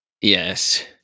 Yes